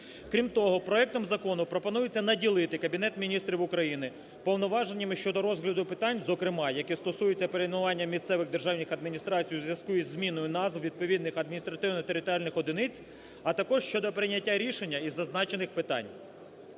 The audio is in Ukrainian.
Крім того, проектом Закону пропонується наділити Кабінет Міністрів України повноваженнями щодо розгляду питань, зокрема, які стосуються перейменування місцевих державних адміністрацій у зв'язку із зміною назв відповідних адміністративно територіальних одиниць, а також щодо прийняття рішення із зазначених питань.